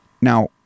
Now